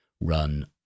run